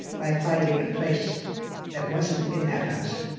by finding a place that wasn't in that house.